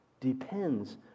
depends